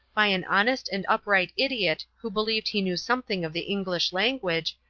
by an honest and upright idiot who believed he knew something of the english language,